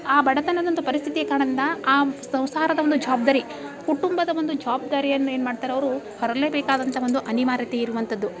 ಆ ಬಡತನದಂಥ ಪರಿಸ್ಥಿತಿಗಳನ್ನ ಆ ಸಂಸಾರದ ಒಂದು ಜವಾಬ್ದಾರಿ ಕುಟುಂಬದ ಒಂದು ಜವಬ್ದಾರಿಯನ್ನು ಏನು ಮಾಡ್ತಾರೆ ಅವರುವ್ರು ಹೊರಲೇ ಬೇಕಾದಂಥ ಒಂದು ಅನಿವಾರ್ಯತೆ ಇರುವಂಥದ್ದು